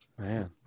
Man